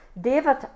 David